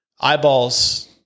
eyeballs